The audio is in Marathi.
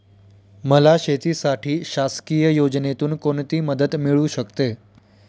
मला शेतीसाठी शासकीय योजनेतून कोणतीमदत मिळू शकते?